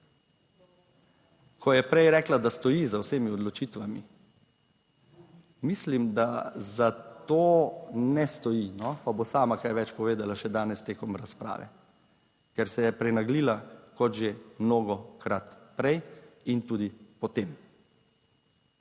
Ko je prej rekla, da stoji za vsemi odločitvami, mislim, da za to ne stoji, no, pa bo sama kaj več povedala še danes tekom razprave, ker se je prenaglila kot že mnogokrat prej in tudi potem.